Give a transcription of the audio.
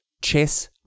chess